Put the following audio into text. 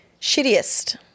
Shittiest